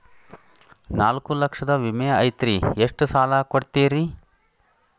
ನಾಲ್ಕು ಲಕ್ಷದ ವಿಮೆ ಐತ್ರಿ ಎಷ್ಟ ಸಾಲ ಕೊಡ್ತೇರಿ?